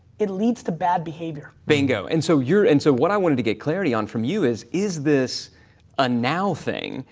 it leads to bad behavior. bingo. and so you're, and so what i wanted to get clarity on from you is, is this a now thing?